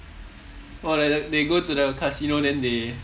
!wah! like they they go to the casino then they